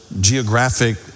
geographic